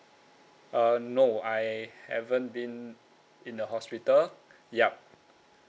uh no I haven't been in the hospital yup